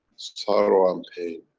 sorrow and hate?